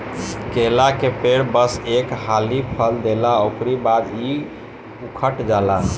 केला के पेड़ बस एक हाली फल देला उकरी बाद इ उकठ जाला